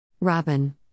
Robin